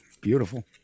beautiful